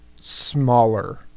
smaller